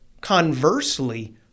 conversely